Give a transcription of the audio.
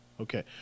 Okay